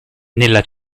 nella